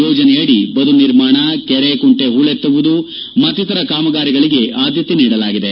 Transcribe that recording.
ಯೋಜನೆಯಡಿ ಬದು ನಿರ್ಮಾಣ ಕೆರೆ ಕುಂಟೆ ಹೊಳೆತ್ತುವುದು ಮತ್ತಿತರ ಕಾಮಗಾರಿಗಳಿಗೆ ಆದ್ಯತೆ ನೀಡಲಾಗಿದೆ